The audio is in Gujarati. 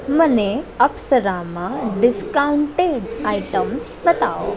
મને અપ્સરામાં ડિસ્કાઉન્ટેડ આઇટમ્સ બતાવો